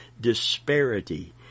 disparity